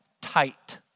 tight